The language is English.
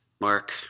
Mark